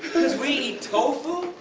cause we eat tofu?